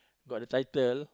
got the title